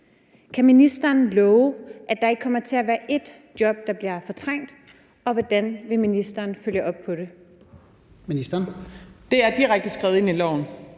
Kan ministeren love, at der ikke kommer til at være et eneste job, der bliver fortrængt, og hvordan vil ministeren følge op på det? Kl. 16:10 Fjerde næstformand